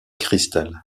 cristal